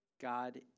God